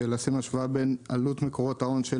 עשינו השוואה בין עלות מקורות ההון של